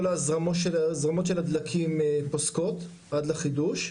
כל ההזרמות של הדלקים פוסקות עד לחידוש,